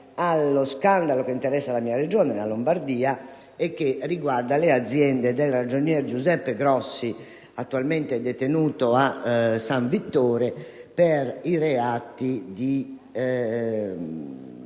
allo scandalo che interessa la mia Regione, la Lombardia, e che riguarda le aziende del ragionier Giuseppe Grossi, attualmente detenuto a San Vittore per reati